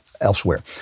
elsewhere